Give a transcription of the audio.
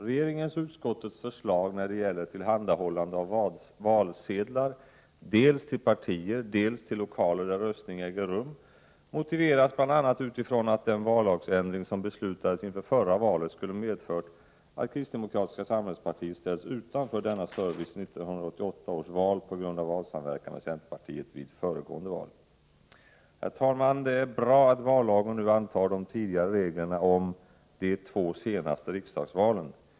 Regeringens och utskottets förslag om tillhandahållande av valsedlar dels till partier, dels till lokaler där röstning äger rum motiveras bl.a. med att den vallagsändring som beslutades inför förra valet skulle ha medfört att kristdemokratiska samhällspartiet ställts utanför denna service i 1988 års val på grund av valsamverkan med centerpartiet vid föregående val. Herr talman! Det är bra att vallagen nu antar de tidigare reglerna om ”de två senaste riksdagsvalen”.